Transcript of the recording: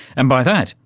and by that,